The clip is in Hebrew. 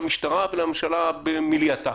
למשטרה ולממשלה במליאתה.